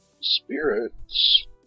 spirits